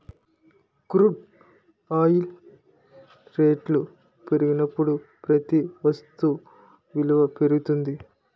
crude oil రేట్లు పెరిగినప్పుడు ప్రతి వస్తు విలువ పెరుగుతుంది